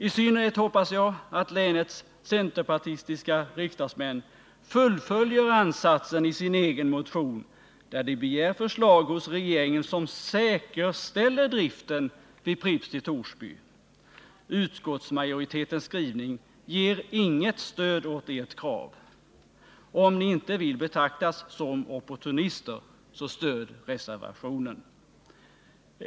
I synnerhet hoppas jag att länets centerpartistiska riksdagsmän fullföljer ansatsen i sin egen motion, där de begär förslag av regeringen som säkerställer driften vid Pripps bryggeri i Torsby. Utskottsmajoritetens skrivning ger inget stöd åt ert krav. Om ni inte vill betraktas som opportunister, så stöd reservationen!